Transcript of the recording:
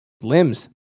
Limbs